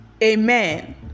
Amen